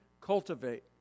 cultivate